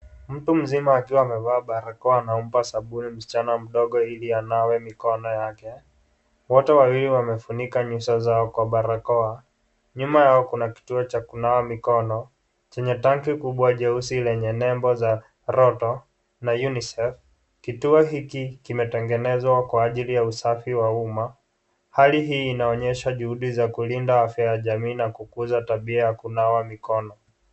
Mtu mzima akiwa amevaa barakoa anaomba sabuni msichana mdogo ili anawe mikono yake. Wote wawili wamefunika nyuso zao kwa barakoa. Nyuma yako kuna kituo cha kunawa mikono, chenye tanki kubwa jeusi lenye nembo za roto na unicef. Kituo hiki kimetengenezwa kwa ajili ya usafi wa umma. Hali hii inaonyesha juhudi za kulinda afya ya jamii na kukuza tabia ya kunawa mikono.